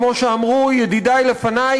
כמו שאמרו ידידי לפני,